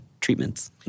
treatments